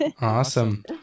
awesome